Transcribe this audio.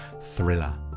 Thriller